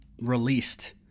released